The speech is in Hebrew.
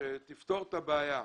שתפתור את הבעיה,